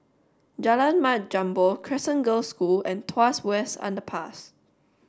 Jalan Mat Jambol Crescent Girls' School and Tuas West Underpass